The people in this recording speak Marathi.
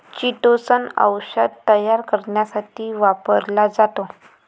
चिटोसन औषध तयार करण्यासाठी वापरला जातो